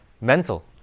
Mental